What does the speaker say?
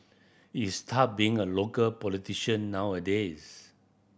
it's tough being a local politician nowadays